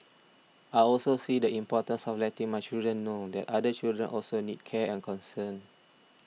I also see the importance of letting my children know that other children also need care and concern